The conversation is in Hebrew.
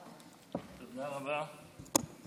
תודה רבה